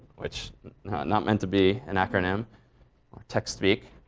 which not meant to be an acronym or text speak.